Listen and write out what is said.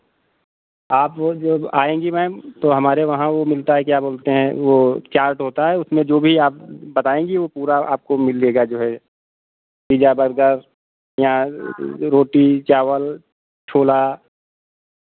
आप लोग जब आएँगी मैम तो हमारे वहाँ वो मिलता है क्या बोलते हैं वो चार्ट होता है उसमें जो भी आप बताएँगी वो पूरा आपको मिलेगा जो है पिज़्ज़ा बर्गर यहाँ रोटी चावल छोला